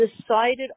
decided